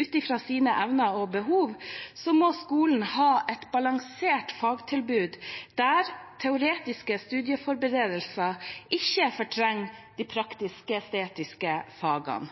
ut fra sine evner og behov, må skolen ha et balansert fagtilbud der teoretisk studieforberedelse ikke fortrenger de praktisk-estetiske fagene,